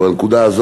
בסדר גמור.